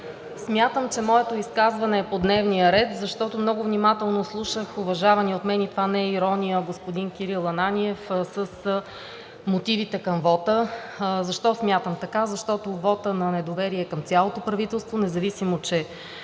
Смятам, че моето изказване е по дневния ред, защото много внимателно слушах уважавания от мен – и това не е ирония – господин Кирил Ананиев с мотивите към вота. Защо смятам така? Защото вотът на недоверие е към цялото правителство, независимо че